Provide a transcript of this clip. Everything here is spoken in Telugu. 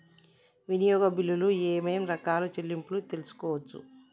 వినియోగ బిల్లులు ఏమేం రకాల చెల్లింపులు తీసుకోవచ్చు?